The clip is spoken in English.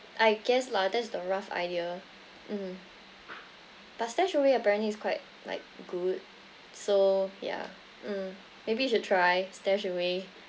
I guess lah that's the rough idea mm but stashaway apparently is quite like good so yeah mm maybe you should try stashaway